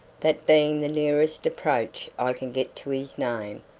that being the nearest approach i can get to his name,